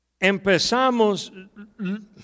empezamos